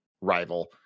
rival